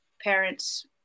parents